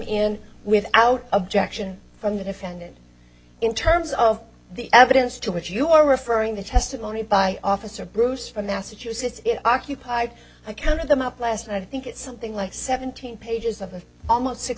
in without objection from the defendant in terms of the evidence to which you are referring to testimony by officer bruce from massachusetts occupied a count of them up last and i think it's something like seventeen pages of the almost six